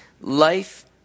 life